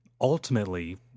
ultimately